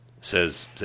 Says